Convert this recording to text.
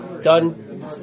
Done